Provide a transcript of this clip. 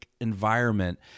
environment